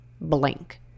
blink